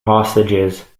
hostages